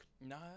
No